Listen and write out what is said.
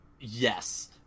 Yes